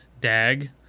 dag